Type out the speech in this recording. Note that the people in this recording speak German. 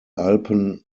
alpen